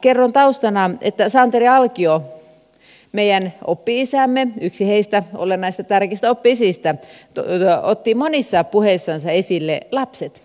kerron taustana että santeri alkio meidän oppi isämme yksi heistä olennaisista tärkeistä oppi isistä otti monissa puheissansa esille lapset